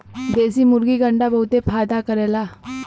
देशी मुर्गी के अंडा बहुते फायदा करेला